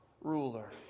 ruler